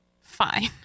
fine